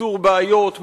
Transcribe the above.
איתור בעיות,